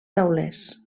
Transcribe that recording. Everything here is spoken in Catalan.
taulers